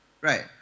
Right